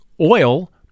oil—